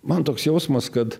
man toks jausmas kad